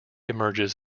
emerges